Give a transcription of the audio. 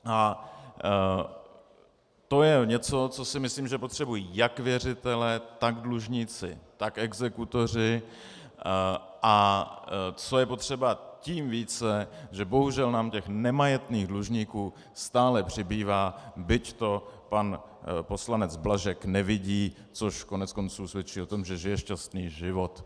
A to je něco, co si myslím, že potřebují jak věřitelé, tak dlužníci, tak exekutoři, a co je potřeba tím více, že bohužel nám nemajetných dlužníků stále přibývá byť to pan poslanec Blažek nevidí, což koneckonců svědčí o tom, že žije šťastný život.